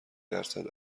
درصد